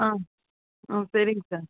ஆ ஆ சேரிங்க சார்